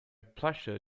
pleasure